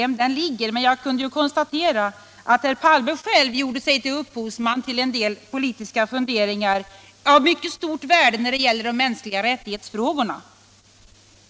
Men jag kunde konstatera att herr Palme själv gjorde sig till upphovsman till en del politiska funderingar av mycket stort värde vad avser de viktiga rättighetsfrågorna.